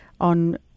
on